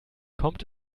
kommt